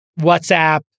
WhatsApp